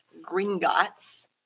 Gringotts